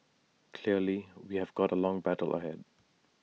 clearly we've got A long battle ahead